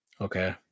Okay